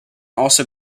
also